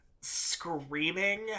screaming